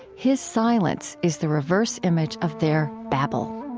his silence is the reverse image of their babble.